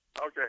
Okay